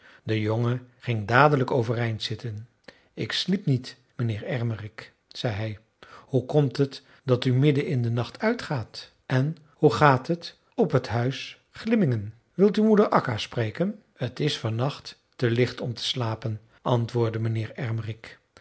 de jongen ging dadelijk overeind zitten ik sliep niet mijnheer ermerik zei hij hoe komt het dat u midden in den nacht uitgaat en hoe gaat het op het huis glimmingen wilt u moeder akka spreken het is van nacht te licht om te slapen antwoordde mijnheer ermerik